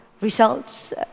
results